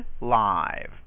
live